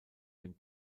dem